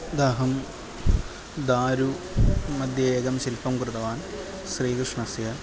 देहं दारु मध़ये एकं शिल्पं कृतवान् श्रीकृष्णस्य